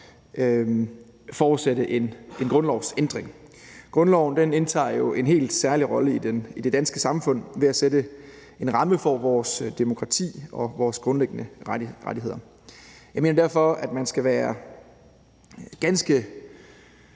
forudsætte en grundlovsændring. Grundloven indtager jo en helt særlig rolle i det danske samfund ved at sætte en ramme for vores demokrati og vores grundlæggende rettigheder. Jeg mener derfor, at man skal gøre sig ganske